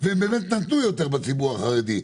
והם באמת נתנו יותר בציבור החרדי.